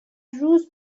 روز